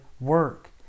work